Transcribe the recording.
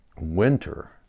winter